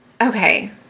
okay